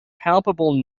palpable